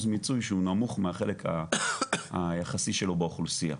מיצוי שהוא נמוך מהחלק היחסי שלו באוכלוסייה.